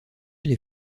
les